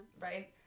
right